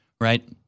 right